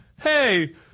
hey